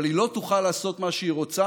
אבל היא לא תוכל לעשות מה שהיא רוצה,